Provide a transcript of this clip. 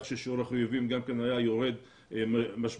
ששיעור החיוביים היה יורד משמעותית.